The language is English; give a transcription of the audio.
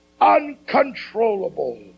uncontrollable